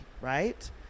right